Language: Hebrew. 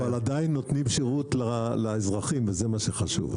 אבל עדיין נותנים שירות לאזרחים וזה מה שחשוב.